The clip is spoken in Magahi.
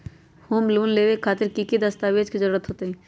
होम लोन लेबे खातिर की की दस्तावेज के जरूरत होतई?